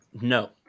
No